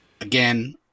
again